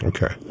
Okay